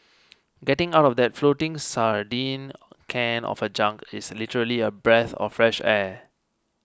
getting out of that floating sardine can of a junk is literally a breath of fresh air